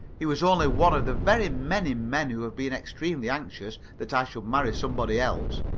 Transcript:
he was only one of the very many men who have been extremely anxious that i should marry somebody else.